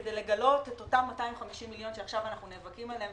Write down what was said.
כדי לגלות את אותם 250 מיליון שעכשיו אנחנו נאבקים עליהם,